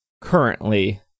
currently